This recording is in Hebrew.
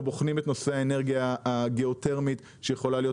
אנחנו בוחנים את נושא האנרגיה הגאותרמית שיכולה להיות